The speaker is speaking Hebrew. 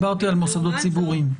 דיברתי על מוסדות ציבוריים.